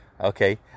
Okay